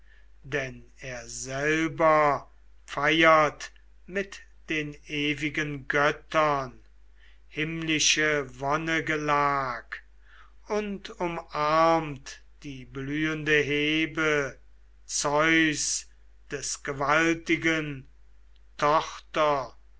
denn er selber feirt mit den ewigen göttern himmlische wonnegelag und umarmt die blühende hebe zeus des gewaltigen tochter